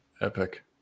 Epic